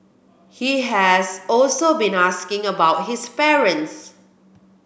he has also been asking about his parents